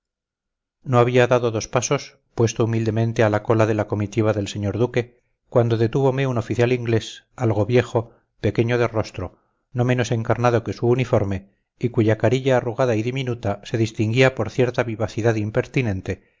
no había dado dos pasos puesto humildemente a la cola de la comitiva del señor duque cuando detúvome un oficial inglés algo viejo pequeño de rostro no menos encarnado que su uniforme y cuya carilla arrugada y diminuta se distinguía por cierta vivacidad impertinente